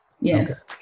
yes